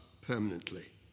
permanently